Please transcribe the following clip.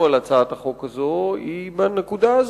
על הצעת החוק הזאת היא בנקודה הזאת.